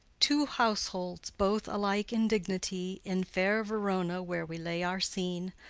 two households, both alike in dignity, in fair verona, where we lay our scene,